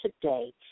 today